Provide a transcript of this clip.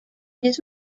his